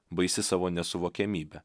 baisi savo nesuvokiamybe